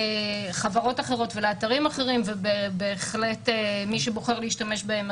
לחברות אחרות ולאתרים אחרים ובהחלט מי שבוחר להשתמש בהם,